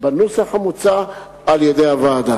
בנוסח המוצע על-ידי הוועדה.